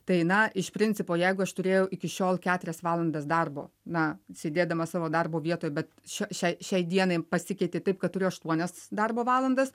tai na iš principo jeigu aš turėjau iki šiol keturias valandas darbo na sėdėdamas savo darbo vietoj bet šiai šiai dienai pasikeitė taip kad turiu aštuonias darbo valandas